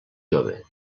jove